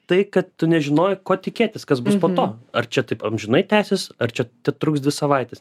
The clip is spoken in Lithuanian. tai kad tu nežinojai ko tikėtis kas bus po to ar čia taip amžinai tęsis ar čia tetruks dvi savaites